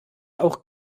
auch